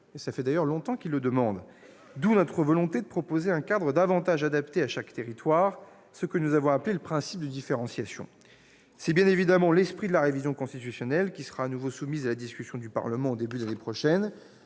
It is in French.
a fait le choix d'une méthode. Il propose un cadre davantage adapté à chaque territoire, ce que nous avons appelé le « principe de différenciation ». C'est bien évidemment l'esprit de la révision constitutionnelle qui sera de nouveau soumise à la discussion du Parlement au début de l'année prochaine.